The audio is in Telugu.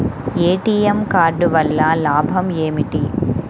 ఏ.టీ.ఎం కార్డు వల్ల లాభం ఏమిటి?